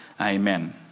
Amen